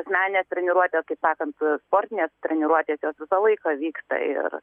asmeninė treniruotė taip sakant sportinės treniruotės jos visą laiką vyksta ir